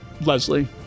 Leslie